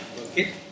okay